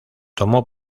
tomó